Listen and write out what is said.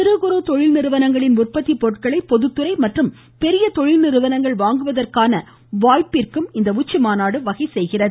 சிறு குறு தொழில் நிறுவனங்களின் உற்பத்தி பொருட்களை பொதுத்துறை மற்றும் பெரிய தொழில் நிறுவனங்கள் வாங்குவதற்கான வாய்ப்பிற்கும் இந்த உச்சிமாநாடு வகை செய்கிறது